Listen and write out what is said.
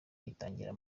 itangirira